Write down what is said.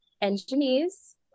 engineers